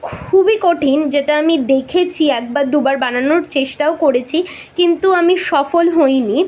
খুবই কঠিন যেটা আমি দেখেছি একবার দুবার বানানোর চেষ্টাও করেছি কিন্তু আমি সফল হইনি